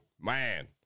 Man